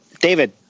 David